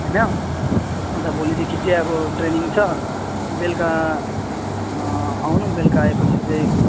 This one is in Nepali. होइन अन्त भोलिदेखि चाहिँ अब ट्रेनिङ छ बेलुका आउनु बेलुका आयोपछि चाहिँ